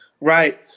Right